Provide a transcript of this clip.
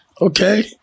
Okay